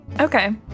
Okay